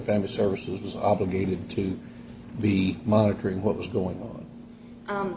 family services is obligated to be monitoring what was going on